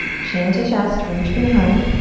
chin to chest, reach behind.